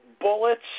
bullets